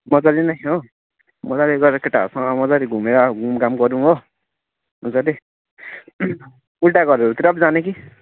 मजाले नै हो मजाले गरेर केटाहरूसँग मजाले घुमेर घुमघाम गरौँ हो मजाले उल्टा घरहरूतिर पो जाने कि